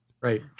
Right